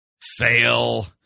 Fail